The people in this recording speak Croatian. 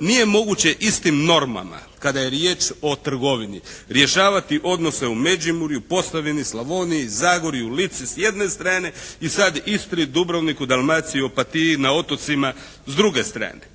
Nije moguće istim normama kada je riječ o trgovini rješavati odnose u Međimurju, Posavini, Slavoniji, Zagorju, Lici s jedne strane i sad Istri, Dubrovniku, Dalmaciji, Opatiji, na otocima s druge strane.